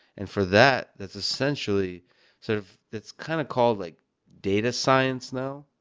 and for that, that's essentially sort of that's kind of called like data science now.